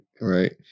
right